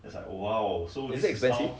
is it expensive